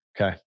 Okay